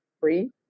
free